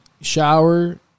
shower